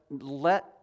let